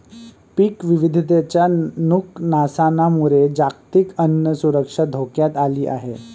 पीक विविधतेच्या नुकसानामुळे जागतिक अन्न सुरक्षा धोक्यात आली आहे